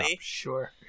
Sure